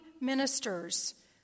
ministers